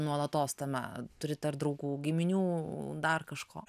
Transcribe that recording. nuolatos tema turite ar draugų giminių dar kažko